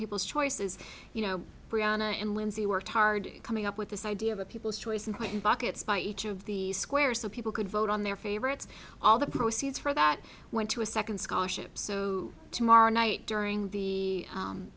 people's choices you know brianna and lindsey worked hard coming up with this idea of a people's choice and put in buckets by each of the squares so people could vote on their favorites all the proceeds from that went to a second scholarship so tomorrow night during the